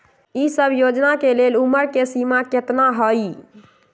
ई सब योजना के लेल उमर के सीमा केतना हई?